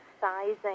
sizing